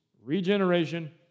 regeneration